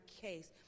case